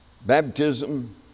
baptism